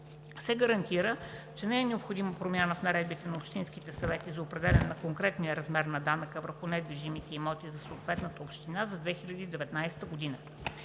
се гарантира, че не е необходима промяна в наредбите на общинските съвети за определяне на конкретния размер на данъка върху недвижимите имоти за съответната община за 2019 г.